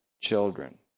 children